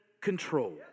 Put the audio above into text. control